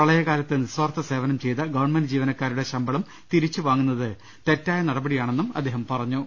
പ്രളയകാലത്ത് നിസ്വാർ ത്ഥ സേവനം ചെയ്ത ഗവൺമെന്റ് ജീവനക്കാരുടെ ശമ്പളം തിരിച്ചു വാങ്ങു ന്നത് തെറ്റായ നടപടിയാണെന്നും അദ്ദേഹം പറഞ്ഞു